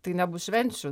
tai nebus švenčių